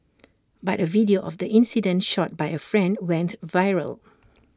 but A video of the incident shot by A friend went viral